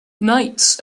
knights